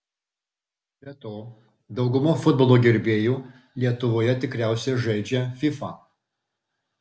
be to dauguma futbolo gerbėjų lietuvoje tikriausiai žaidžia fifa